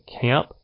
camp